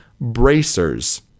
bracers